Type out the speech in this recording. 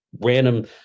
random